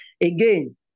again